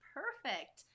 perfect